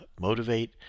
motivate